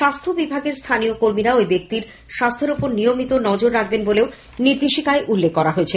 স্বাস্থ্য বিভাগের স্থানীয় কর্মীরা ওই ব্যক্তির স্বাস্থ্যের উপরে নিয়মিত নজর রাখবেন বলেও নির্দেশিকায় উল্লেখ করা হয়েছে